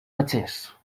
bages